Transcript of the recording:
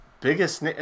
Biggest